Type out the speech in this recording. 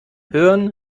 hören